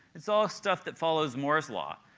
it's all stuff that follows moore's law.